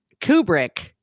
Kubrick